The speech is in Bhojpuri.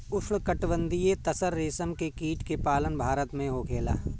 उष्णकटिबंधीय तसर रेशम के कीट के पालन भारत में होखेला